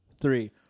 three